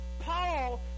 Paul